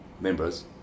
members